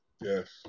yes